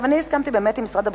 הסכמתי עם משרד הבריאות,